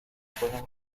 juega